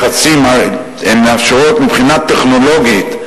מבחינה טכנולוגית,